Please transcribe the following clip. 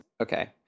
Okay